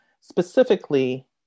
specifically